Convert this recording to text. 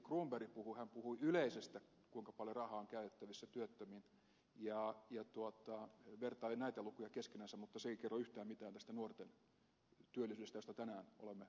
ministeri cronberg puhui yleisesti kuinka paljon rahaa on käytettävissä työttömiin ja vertaili näitä lukuja keskenänsä mutta se ei kerro yhtään mitään tästä nuorten työllisyydestä josta tänään olemme paljon puhuneet